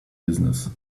business